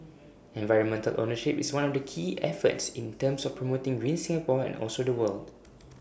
environmental ownership is one of the key efforts in terms of promoting green Singapore and also the world